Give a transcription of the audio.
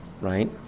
right